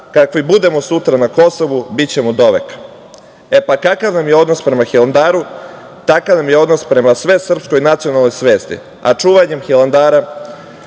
kakvi budemo sutra na Kosovu bićemo doveka. Kakav nam je odnos prema Hilandaru, takav nam je odnos prema svesrpskoj nacionalnoj svesti, a čuvanjem Hilandara